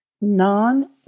non-